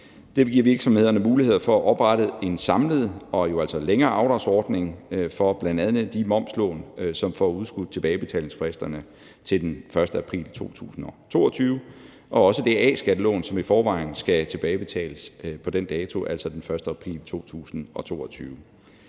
Det giver virksomhederne muligheder for at oprette en samlet og jo altså længere afdragsordning for bl.a. de momslån, som får udskudt tilbagebetalingsfristerne til den 1. april 2022, og også det A-skattelån, og som i forvejen skal tilbagebetales på den dato, altså den 1. april 2022.